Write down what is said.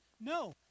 No